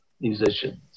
musicians